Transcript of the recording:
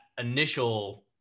initial